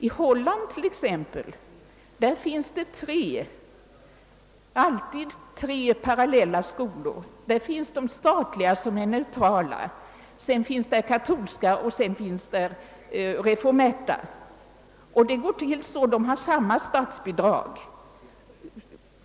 I Holland finns det alltid tre parallella skolor, de statliga som är neutrala, de katolska och de reformerta. De har samma statsbidrag.